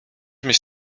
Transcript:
mieć